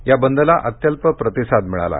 या बंदला अत्यल्प प्रतिसाद मिळाला